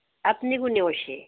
আপুনি কোনে কৈছে